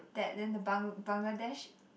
that then the Bangl~ Bangladesh